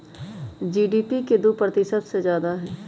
GDP के दु प्रतिशत से जादा हई